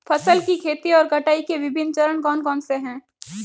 फसल की खेती और कटाई के विभिन्न चरण कौन कौनसे हैं?